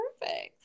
perfect